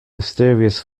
mysterious